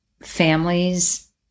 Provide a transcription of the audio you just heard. families